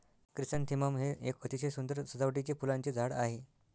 chrysanthemum हे एक अतिशय सुंदर सजावटीचे फुलांचे झाड आहे